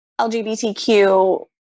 lgbtq